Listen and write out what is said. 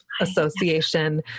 association